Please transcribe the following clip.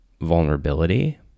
vulnerability